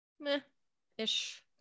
meh-ish